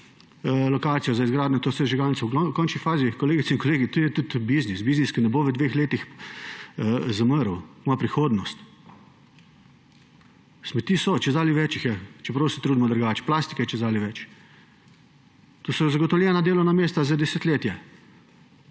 lokacijo za izgradnjo te sežigalnice. V glavnem, v končni fazi, kolegice in kolegi, to je tudi biznis, biznis, ki ne bo v dveh letih zamrl, ima prihodnost. Smeti so, čedalje več jih je, čeprav se trudimo drugače. Plastike je čedalje več. To so zagotovljena delovna mesta za desetletje.